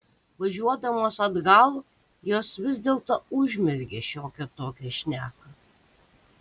važiuodamos atgal jos vis dėlto užmezgė šiokią tokią šneką